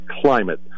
climate